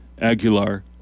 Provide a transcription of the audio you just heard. Aguilar